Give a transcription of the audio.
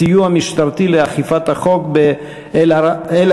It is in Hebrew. סיוע משטרתי לאכיפת החוק באל-עראקיב.